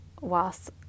whilst